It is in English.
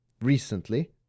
recently